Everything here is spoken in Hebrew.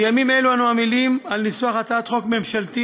בימים אלו אנו עמלים על ניסוח של הצעת חוק ממשלתית